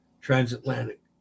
transatlantic